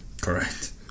Correct